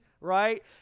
Right